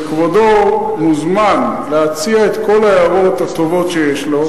וכבודו מוזמן להציע את כל ההערות הטובות שיש לו,